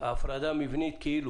כאילו הפרדה מבנית.